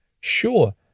Sure